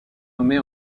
nommée